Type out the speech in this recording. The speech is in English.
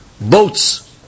boats